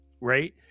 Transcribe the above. right